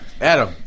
Adam